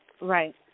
Right